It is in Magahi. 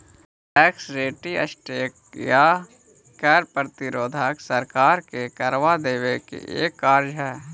टैक्स रेसिस्टेंस या कर प्रतिरोध सरकार के करवा देवे के एक कार्य हई